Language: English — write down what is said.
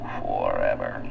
forever